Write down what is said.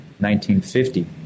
1950